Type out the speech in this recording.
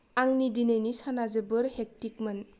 आंनि दिनैनि साना जोबोर हेक्टिकमोन